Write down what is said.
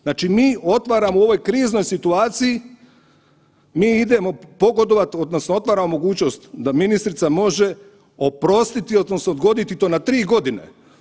Znači mi otvaramo u ovoj kriznoj situaciji, mi idemo pogodovat, odnosno otvaramo mogućnost da ministrica može oprostiti, odnosno odgoditi to na tri godine.